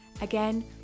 Again